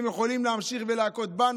הם יכולים להמשיך ולהכות בנו.